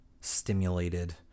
Stimulated